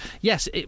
Yes